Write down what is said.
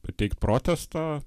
pateikt protestą